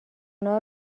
اونا